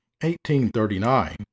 1839